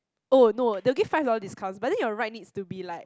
oh no they will give five dollar discount but then your ride needs to be like